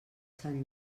sant